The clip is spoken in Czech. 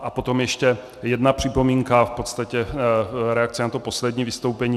A potom ještě jedna připomínka, v podstatě reakce na to poslední vystoupení.